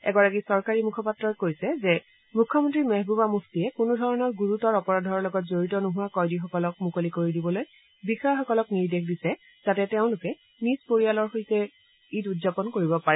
এগৰাকী চৰকাৰী মুখপাত্ৰই কৈছে যে মুখ্যমন্ত্ৰী মেহবুবা মূফটিয়ে কোনোধৰণৰ গুৰুতৰ অপৰাধৰ লগত জড়িত নোহোৱা কয়দীসকলক মুকলি কৰি দিবলৈ বিষয়াসকলক নিৰ্দেশ দিছে যাতে তেওঁলোকে নিজ পৰিয়ালৰ সৈতে ঈদ উদযাপন কৰিব পাৰে